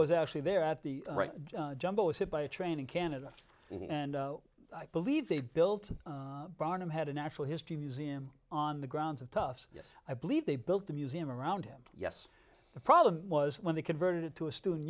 is actually there at the jumbo was hit by a train in canada and i believe they built barnum had a natural history museum on the grounds of toughs yes i believe they built a museum around him yes the problem was when they converted to a student